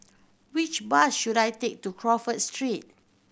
which bus should I take to Crawford Street